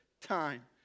time